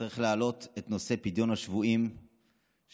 צריך להעלות את נושא פדיון השבויים של